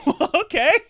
okay